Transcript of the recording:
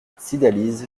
cydalise